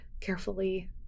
carefully